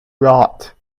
rot